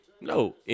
no